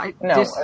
No